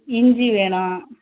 இஞ்சி வேணும்